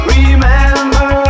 Remember